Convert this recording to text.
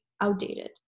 outdated